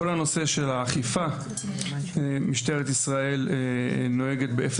כל הנושא של האכיפה משטרת ישראל נוהגת באפס